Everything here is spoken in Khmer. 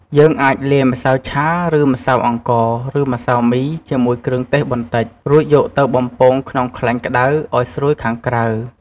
យើងអាចលាយម្សៅឆា ឬ ម្សៅអង្ករ ឬ ម្សៅមីជាមួយគ្រឿងទេសបន្តិច រួចយកទៅបំពងក្នុងខ្លាញ់ក្តៅឱ្យស្រួយខាងក្រៅ។